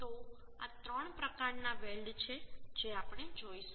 તો આ 3 પ્રકારના વેલ્ડ છે જે આપણે જોઈશું